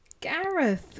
Gareth